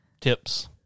tips